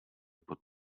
pod